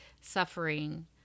suffering